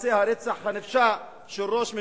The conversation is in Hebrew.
למעשה הרצח הנפשע של ראש ממשלה,